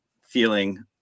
feeling